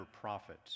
prophets